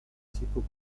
sibuk